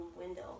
window